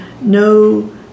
no